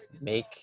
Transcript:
make